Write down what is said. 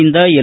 ಯಿಂದ ಎಲ್